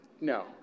No